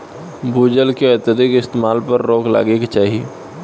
भू जल के अत्यधिक इस्तेमाल पर रोक लागे के चाही